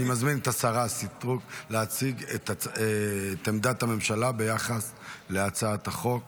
אני מזמין את השרה סטרוק להציג את עמדת הממשלה ביחס להצעת החוק,